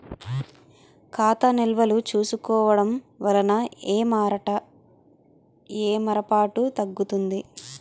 ఖాతా నిల్వలు చూసుకోవడం వలన ఏమరపాటు తగ్గుతుంది